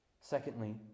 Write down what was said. Secondly